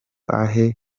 ahe